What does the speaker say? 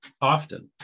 often